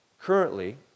currently